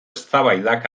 eztabaidak